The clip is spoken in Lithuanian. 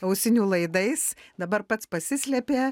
ausinių laidais dabar pats pasislėpė